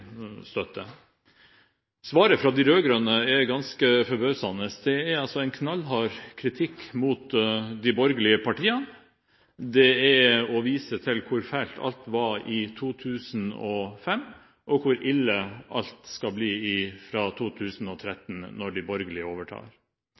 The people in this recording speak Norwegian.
støtte. Svaret fra de rød-grønne er ganske forbausende. Det er en knallhard kritikk mot de borgerlige partiene, det er å vise til hvor fælt alt var i 2005, og hvor ille alt skal bli fra